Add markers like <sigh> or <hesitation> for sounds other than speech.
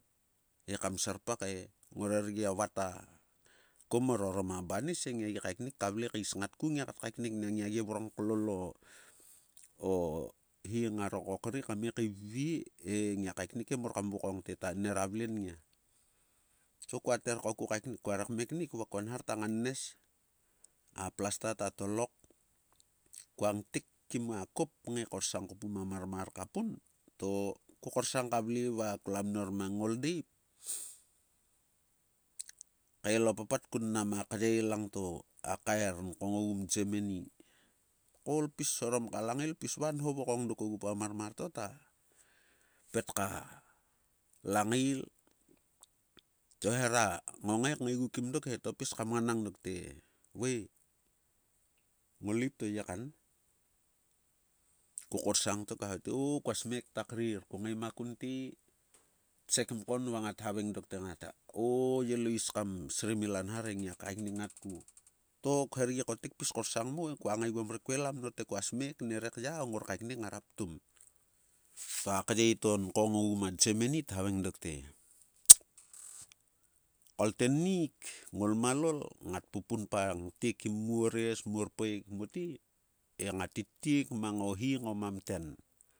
E kam serpake ngorer gia vat a komor orom a banis he ngia gi kaeknik ka vle kais ngatku ngia kat kaeknik nang gi vrong klola hi ngaro kokri kame kaivvie, he ngia kaeknik he mor kam vakong te <hesitation> nera vle nngia. To kua tar ko <hesitation> kua re kme knik, va kua nhar ta ngannes, a plasta ta tolok, kua ngtek kim a kop kngae korsang pum a marmar ka pun, to ko korsang ka vle va klua mnor mang ngoldeip, tkael o papat kun mnam a kyei langto. A kaer nkong o gu mgemeni. Tkaol pis orom ka langail. Tpis va nho vokong dok ogu pa marmar to ta pet ka langail to hera ngongae kngae gu kim dok he to pis ka mnganang dok he te, vae, ngoleip to, yekan? Ko korsang to kua havae te, o-kua smek ta krir. Ko ngae makun te tsek mkon va ngat havaeng dok te. O-ye lois kam srim ila nhar e. Ngia kaeknik ngatku. To khuler gi kotek pis korsang mo e kua ngae gua mrek. Kua lua mnor te kua smek nerek ya o ngor kaeknik ngara ptum. To a kyei to nkong ogu ma gemeni ta havaeng dok te. Kol tienik ngolmialol ngat pupunpa ngte kim muores muorpaek mote, e ngat ittek mang o hi ngo mamten.